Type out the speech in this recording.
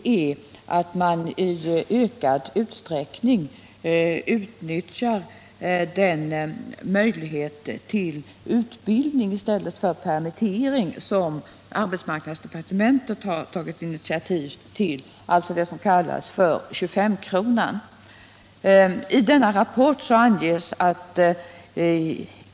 Av rapporten framgår att företagen i ökad utsträckning utnyttjar den möjlighet till utbildning av personal i stället för permittering som arbetsmarknadsdepartementet tagit initiativ till genom systemet med dens.k. 25-kronan.